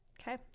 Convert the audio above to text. Okay